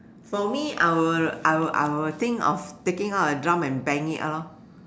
for me I will I will I will think of taking out a drum and bang it lor